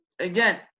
Again